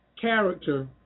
character